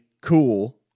cool